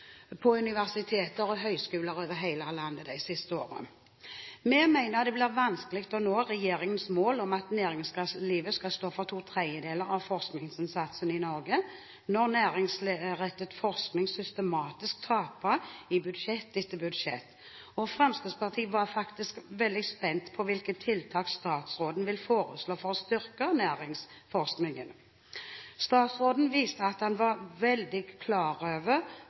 på universiteter og høyskoler over hele landet de siste årene. Vi mener det blir vanskelig å nå regjeringens mål om at næringslivet skal stå for to tredeler av forskningsinnsatsen i Norge når næringsrettet forskning systematisk taper i budsjett etter budsjett. Fremskrittspartiet var faktisk veldig spent på hvilke tiltak statsråden ville foreslå for å styrke næringsforskningen. Statsråden viste at han var veldig klar over